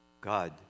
God